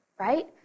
right